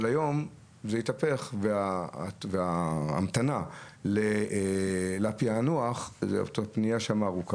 אבל היום זה התהפך וההמתנה לפענוח היא ארוכה.